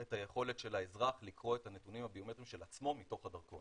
את היכולת של האזרח לקרוא את הנתונים הביומטריים של עצמו מתוך הדרכון,